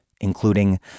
including